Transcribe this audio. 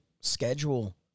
schedule